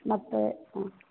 ಮತ್ತೆ ಹಾಂ